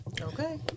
Okay